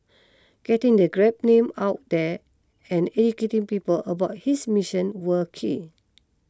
getting the Grab name out there and educating people about his mission were key